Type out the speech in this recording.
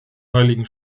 heiligen